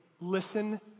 listen